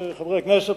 חברי הכנסת,